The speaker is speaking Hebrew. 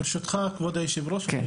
ברשותך כבוד היושב-ראש,